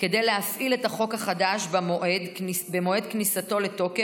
כדי להפעיל את החוק החדש במועד כניסתו לתוקף,